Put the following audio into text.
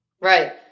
Right